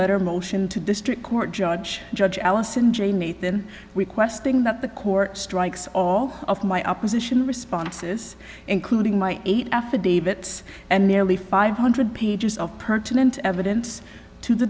letter motion to district court judge judge allison j meet them requesting that the court strikes all of my opposition responses including my eight affidavits and nearly five hundred pages of pertinent evidence to the